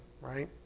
right